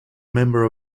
member